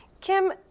Kim